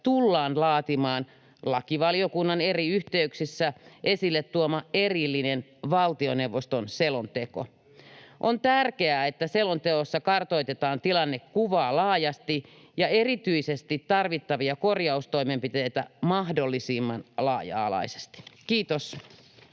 tullaan laatimaan lakivaliokunnan eri yhteyksissä esille tuoma erillinen valtioneuvoston selonteko. On tärkeää, että selonteossa kartoitetaan tilannekuvaa laajasti ja erityisesti tarvittavia korjaustoimenpiteitä mahdollisimman laaja-alaisesti. — Kiitos.